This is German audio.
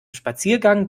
spaziergang